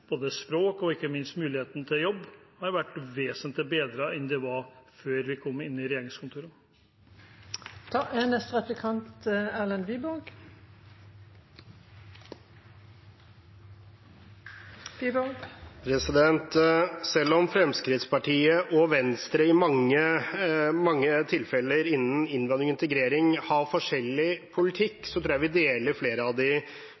har blitt vesentlig bedre enn det var før vi kom inn i regjeringskontorene. Selv om Fremskrittspartiet og Venstre i mange tilfeller innen innvandring og integrering har forskjellig politikk, tror jeg vi deler flere av de